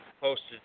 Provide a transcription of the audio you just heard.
posted